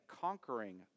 conquering